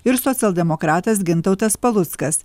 ir socialdemokratas gintautas paluckas